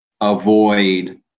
avoid